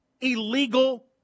illegal